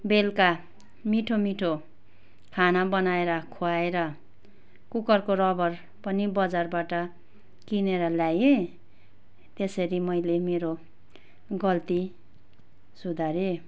बेलुका मिठो मिठो खाना बनाएर खुवाएर कुकरको रबर पनि बजारबाट किनेर ल्याएँ त्यसरी मैले मेरो गल्ती सुधारेँ